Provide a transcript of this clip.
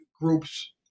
groups